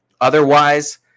otherwise